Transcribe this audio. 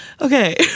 okay